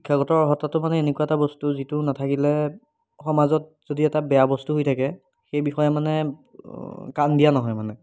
শিক্ষাগত অৰ্হতাটো মানে এনেকুৱা এটা বস্তু যিটো নাথাকিলে সমাজত যদি এটা বেয়া বস্তু হৈ থাকে সেই বিষয়ে মানে কাণ দিয়া নহয় মানে